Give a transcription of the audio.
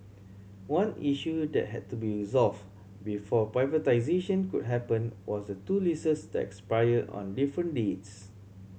one issue that had to be resolve before privatisation could happen was the two leases that expire on different dates